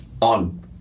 On